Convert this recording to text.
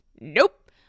Nope